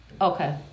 Okay